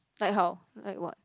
like how like what